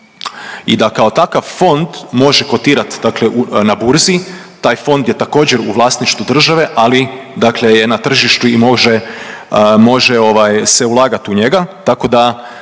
i da kao takav fond može kotirati, dakle na burzi. Taj fond je također u vlasništvu države ali dakle je na tržištu i može se ulagati u njega.